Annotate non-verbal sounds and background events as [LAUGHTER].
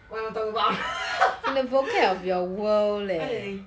我有的碗 [LAUGHS] that's the thing